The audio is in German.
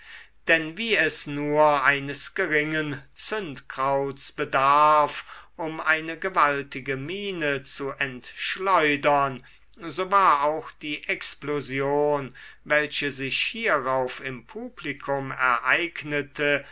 denn wie es nur eines geringen zündkrauts bedarf um eine gewaltige mine zu entschleudern so war auch die explosion welche sich hierauf im publikum ereignete